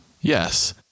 Yes